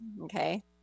Okay